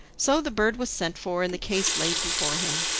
so the bird was sent for and the case laid before him.